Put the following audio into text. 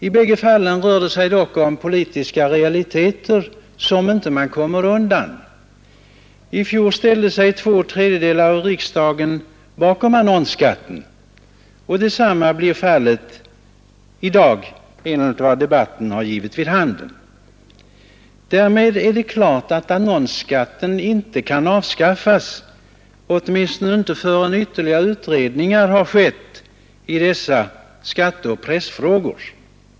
I bägge fallen rör det sig dock om politiska realiteter, som man inte kommer undan. I fjol ställde sig två tredjedelar av riksdagen bakom annonsskatten, och detsamma blir fallet i dag enligt vad debatten givit vid handen. Därmed är det klart att annonsskatten inte kan avskaffas, åtminstone inte förrän ytterligare utredningar skett i dessa skatteoch pressfrågor.